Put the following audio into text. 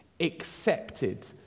accepted